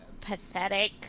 pathetic